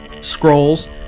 scrolls